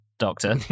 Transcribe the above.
doctor